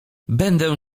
będę